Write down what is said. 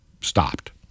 stopped